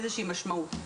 איזושהי משמעות.